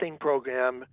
program